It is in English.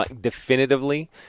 definitively